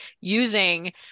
using